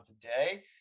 today